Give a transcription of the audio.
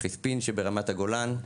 חיספין שברמת הגולן.